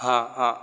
હા હા